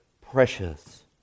precious